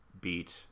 beat